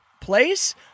place